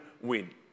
win